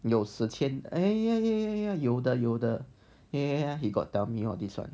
有十千 eh ya 有的有的 ya he got tell me about all this [one]